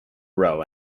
row